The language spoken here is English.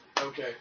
Okay